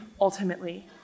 ultimately